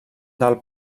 del